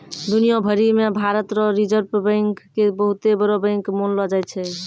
दुनिया भरी मे भारत रो रिजर्ब बैंक के बहुते बड़ो बैंक मानलो जाय छै